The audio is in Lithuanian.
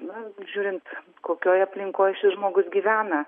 na žiūrint kokioj aplinkoj šis žmogus gyvena